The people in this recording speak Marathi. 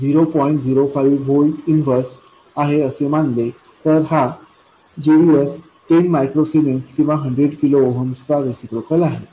05 व्होल्ट इन्वर्स आहे असे मानले तर हा gds10 मायक्रो सीमेंस किंवा 100 किलो ओहम चा रिसिप्रोकल आहे